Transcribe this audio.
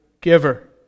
giver